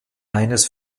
eines